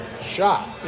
shot